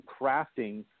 crafting